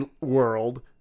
World